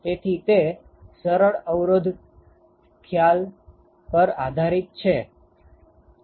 તેથી તે સરળ અવરોધ ખ્યાલ પર આધારિત છે